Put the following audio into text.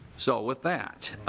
so with that